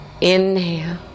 Inhale